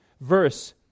verse